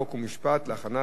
חוק ומשפט נתקבלה.